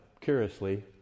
curiously